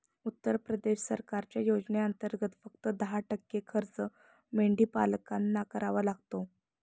उत्तर प्रदेश सरकारच्या योजनेंतर्गत, फक्त दहा टक्के खर्च मेंढीपालकांना करावा लागतो